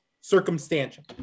circumstantial